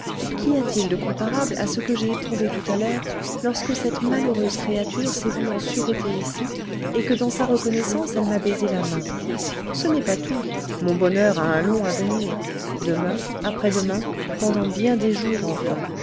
qu'y a-t-il de comparable à ce que j'ai éprouvé tout à l'heure lorsque cette malheureuse créature s'est vue en sûreté ici et que dans sa reconnaissance elle m'a baisé la main ce n'est pas tout mon bonheur a un long avenir demain après-demain pendant bien des jours enfin